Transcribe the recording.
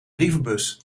brievenbus